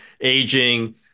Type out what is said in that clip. aging